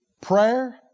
prayer